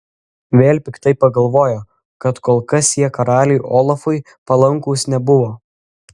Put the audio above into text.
vėl piktai pagalvojo kad kol kas jie karaliui olafui palankūs nebuvo